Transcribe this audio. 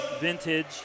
vintage